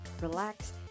relax